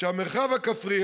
שהמרחב הכפרי,